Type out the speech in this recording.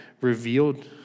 revealed